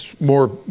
more